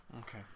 Okay